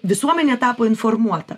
visuomenė tapo informuota